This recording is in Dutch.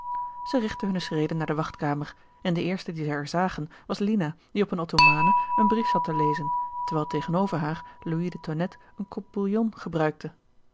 zij richtten hunne schreden naar de wachtkamer en de eerste die zij er zagen was lina die op een ottomane een brief zat te lezen terwijl tegenover haar louis de tonnette een kop bouillon gebruikte